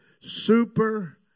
super